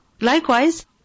Likewise